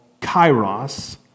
kairos